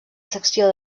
secció